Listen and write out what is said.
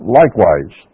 likewise